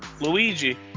Luigi